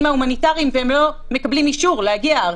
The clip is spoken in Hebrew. ההומניטריים והם לא מקבלים אישור להגיע ארצה.